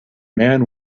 man